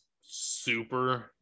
super